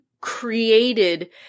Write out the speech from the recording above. created